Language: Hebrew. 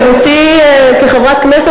מהיכרותי כחברת כנסת,